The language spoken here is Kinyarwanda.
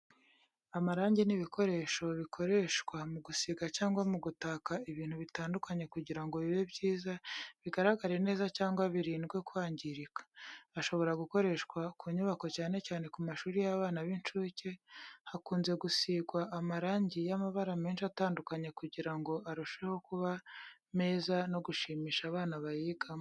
Amarangi ni ibikoresho bikoreshwa mu gusiga cyangwa mu gutaka ibintu bitandukanye kugira ngo bibe byiza, bigaragare neza cyangwa birindwe kwangirika. Ashobora gukoreshwa ku nyubako cyane cyane ku mashuri y'abana b'incuke, hakunze gusigwa amarangi y'amabara menshi atandukanye kugira ngo arusheho kuba meza no gushimisha abana bayigamo.